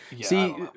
See